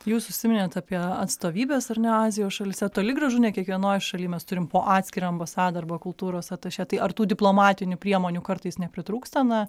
jūs užsiminėt apie atstovybes ar ne azijos šalyse toli gražu ne kiekvienoj šaly mes turim po atskirą ambasadą arba kultūros atašė tai ar tų diplomatinių priemonių kartais nepritrūksta na